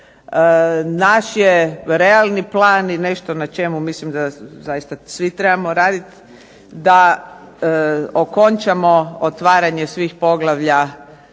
Naš je realni plan i nešto na čemu mislim da zaista svi trebamo raditi da okončamo otvaranje svih poglavlja